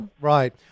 Right